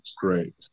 great